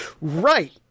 right